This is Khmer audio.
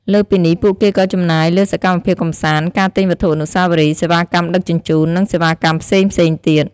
លើសពីនេះ ពួកគេក៏ចំណាយលើសកម្មភាពកម្សាន្ត ការទិញវត្ថុអនុស្សាវរីយ៍ សេវាកម្មដឹកជញ្ជូន និងសេវាកម្មផ្សេងៗទៀត។